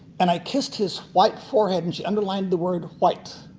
and i kissed his white forehead and underlined the word white.